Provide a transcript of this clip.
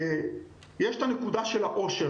יש את הנקודה של העושר.